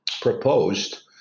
proposed